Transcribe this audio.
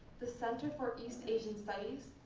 the center for east asian studies,